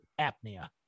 apnea